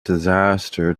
disaster